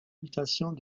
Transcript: mutations